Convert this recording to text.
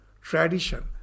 tradition